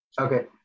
Okay